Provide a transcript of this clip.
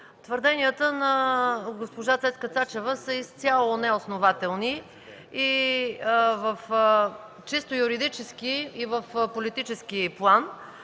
Твърденията на госпожа Цецка Цачева са изцяло неоснователни и в чисто юридически и в политически план